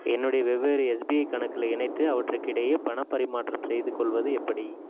என்னுடைய வெவ்வேறு எஸ்பிஐ கணக்குகளை இணைத்து அவற்றுக்கிடையே பண பரிமாற்றம் செய்துகொள்வது எப்படி